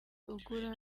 ugura